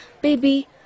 Baby